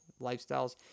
lifestyles